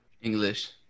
English